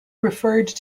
referred